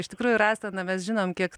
iš tikrųjų rasa na mes žinom kiek